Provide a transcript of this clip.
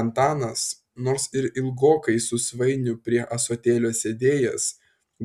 antanas nors ir ilgokai su svainiu prie ąsotėlio sėdėjęs